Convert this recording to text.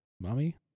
Mommy